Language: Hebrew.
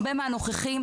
הרבה מהנוכחים,